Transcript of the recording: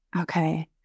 Okay